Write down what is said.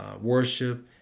worship